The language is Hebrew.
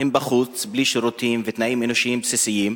הם בחוץ בלי שירותים ותנאים אנושיים בסיסיים.